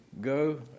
Go